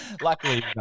Luckily